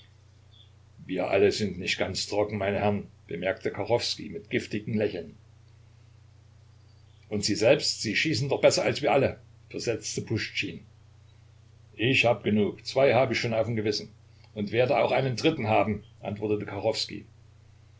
wir alle sind nicht ganz trocken meine herren bemerkte kachowskij mit giftigem lächeln und sie selbst sie schießen doch besser als wir alle versetzte puschtschin ich hab genug zwei hab ich schon auf dem gewissen und werde auch einen dritten haben antwortete